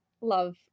love